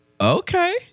okay